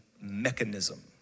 mechanism